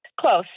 Close